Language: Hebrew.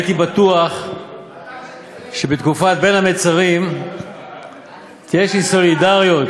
הייתי בטוח שבתקופת בין המצרים תהיה איזושהי סולידריות,